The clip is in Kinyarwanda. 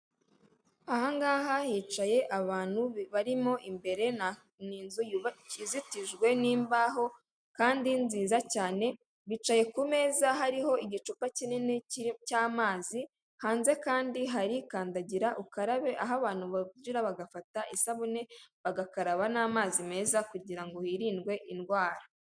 Aha ngaha hicaye abantu barimo imbere ni inzu izitijwe n'imbaho kandi nziza cyane, bicaye ku meza hariho igicupa kinini cy'amazi hanze kandi hari kandagira ukarabe aho abantu bagera bagafata isabune bagakaraba n'amazi meza kugira ngo hirindwe indwara.